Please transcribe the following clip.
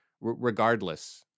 regardless